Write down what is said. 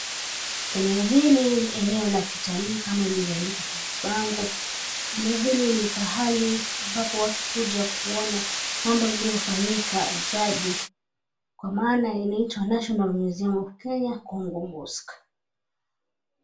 Eneo hili ni eneo la kitalii kama ilivyoandikwa kwenye bango. Eneo hili ni pahali ambapo watu huja kuona mambo iliyofanyika ya jadi kwa maana inaitwa, National Museum of Kenya, Kongo Mosque.